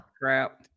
crap